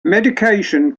medication